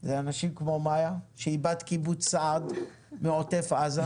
זה אנשים כמו מאיה, שהיא בת קיבוץ סעד בעוטף עזה.